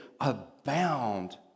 abound